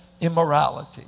immorality